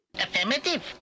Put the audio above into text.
Affirmative